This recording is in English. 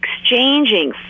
exchanging